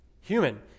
human